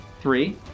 Three